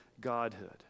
godhood